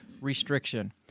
restriction